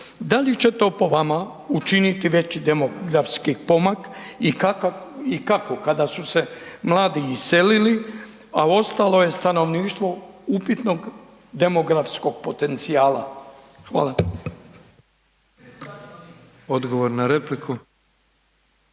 Da li će to po vama učiniti veći demografski pomak i kako kada su se mladi iselili, a ostalo je stanovništvo upitnog demografskog potencijala? Hvala. **Petrov, Božo